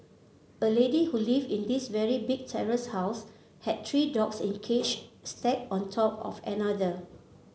a lady who lived in this very big terrace house had three dogs in cage stacked on top of another